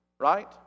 Right